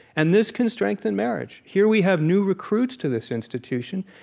and this can strengthen marriage. here we have new recruits to this institution.